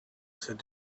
said